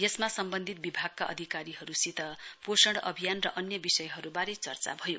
यसमा सम्वन्धित विभागका अधिकारीहरुसित पोषण अभियान र अन्य विषयहरुवारे चर्चा गरियो